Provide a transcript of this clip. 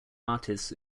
artists